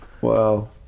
Wow